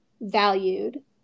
valued